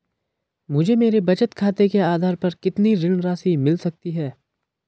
मुझे मेरे बचत खाते के आधार पर कितनी ऋण राशि मिल सकती है?